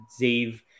Zave